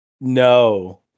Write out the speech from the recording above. No